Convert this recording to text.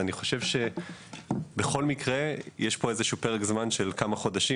אני חושב שבכל מקרה יש פה איזשהו פרק זמן של כמה חודשים